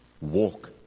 Walk